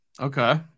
Okay